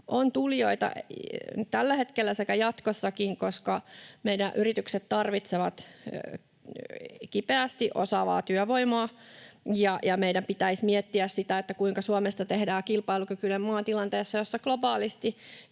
on tulijoita tällä hetkellä sekä jatkossakin, koska meidän yritykset tarvitsevat kipeästi osaavaa työvoimaa ja meidän pitäisi miettiä sitä, kuinka Suomesta tehdään kilpailukykyinen maa tilanteessa, jossa globaalisti